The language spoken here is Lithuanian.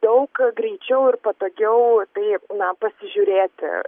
daug greičiau ir patogiau tai na pasižiūrėti